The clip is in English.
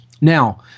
Now